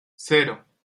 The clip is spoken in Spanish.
cero